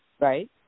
right